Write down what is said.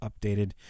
updated